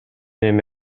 эми